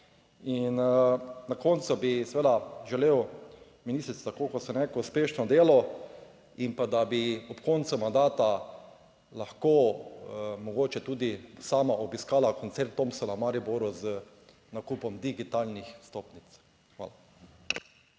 In na koncu bi seveda želel ministrici, tako kot sem rekel, uspešno delo in pa, da bi ob koncu mandata lahko mogoče tudi sama obiskala koncert Thompsona(?) v Mariboru z nakupom digitalnih vstopnic. Hvala.